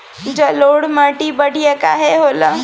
जलोड़ माटी बढ़िया काहे होला?